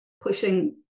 pushing